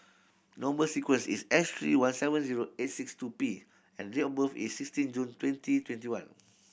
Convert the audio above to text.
number sequence is S three one seven zero eight six two P and date of birth is sixteen June twenty twenty one